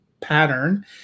pattern